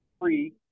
free